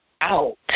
out